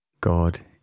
God